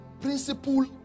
principle